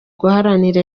guharanira